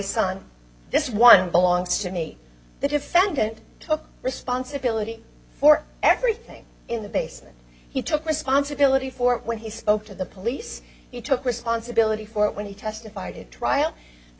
son this one belongs to me the defendant took responsibility for everything in the basement he took responsibility for it when he spoke to the police you took responsibility for it when he testified at trial the